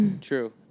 True